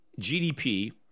GDP